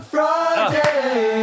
Friday